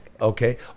Okay